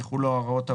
יחולו ההוראות האלה: